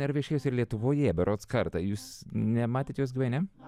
yra viešėjusi ir lietuvoje berods kartą jūs nematėte jos gyveni